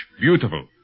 beautiful